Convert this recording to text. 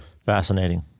Fascinating